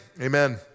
Amen